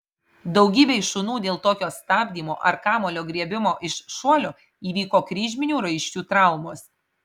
daugybei šunų dėl tokio stabdymo ar kamuolio griebimo iš šuolio įvyko kryžminių raiščių traumos